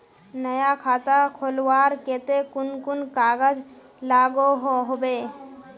नया खाता खोलवार केते कुन कुन कागज लागोहो होबे?